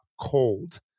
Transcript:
cold